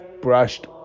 brushed